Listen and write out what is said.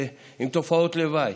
עם תופעות לוואי.